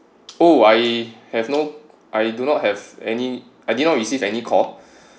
oh I have no I do not have any I did not receive any call